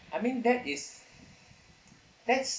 I mean that is that's